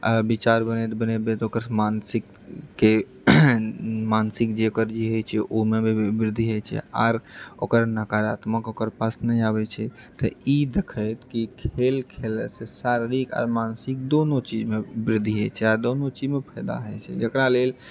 विचार बनाबैत बनाबैत ओकर मानसिक ओकर जे होइत छै ओहिमे जे वृद्धि होइत छै आर ओकर नकारात्मक ओकर पास नहि आबैत छै तऽ ई देखैत जे खेल खेललासँ शारीरिक आ मानसिक दुनूमे वृद्धि होइत छै दुनू चीजमे फायदा होइत छै जकरा लेल